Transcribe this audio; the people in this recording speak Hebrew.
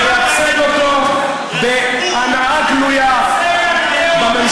מייצג אותו בהנאה גלויה בממשלה.